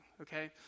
okay